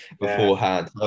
beforehand